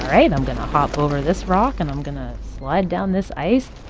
right. i'm going to hop over this rock. and i'm going to slide down this ice